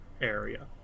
area